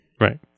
Right